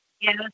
Yes